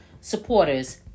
supporters